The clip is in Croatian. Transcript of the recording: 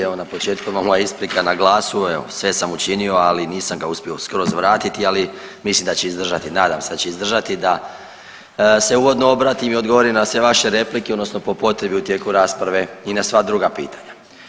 Evo na početku moja isprika na glasu, evo sve sam učinio ali nisam ga uspio skroz vratiti ali mislim da će izdržati, nadam se da će izdržati da se uvodno obratim i odgovorim na sve vaše replike, odnosno po potrebi u tijeku rasprave i na sva druga pitanja.